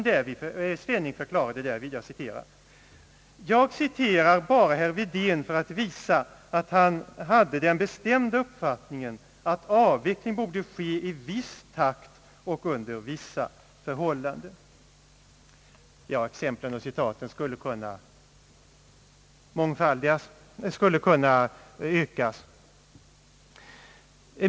Herr Svenning förklarade därvid: »Jag citerade bara herr Wedén för att visa, att han hade den bestämda Ang. hyreslagstiftningen uppfattningen, att avveckling borde ske 1 viss takt och under vissa förhållanden.» Jag skulle kunna anföra flera exempel.